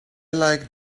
like